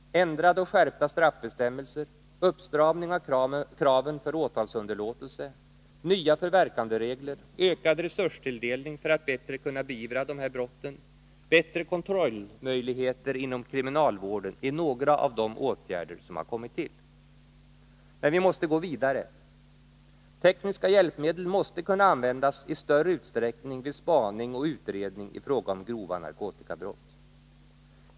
Ändrade och skärpta straffbestämmelser, uppstramning av kraven för åtalsunderlåtelse, nya förverkanderegler, ökad resurstilldelning för att man skall bättre kunna beivra dessa brott, bättre kontrollmöjligheter inom kriminalvården är några av de åtgärder som kommit till. Men vi måste gå vidare. Tekniska hjälpmedel måste kunna användas i större utsträckning vid spaning och utredning i fråga om grova narkotikabrott.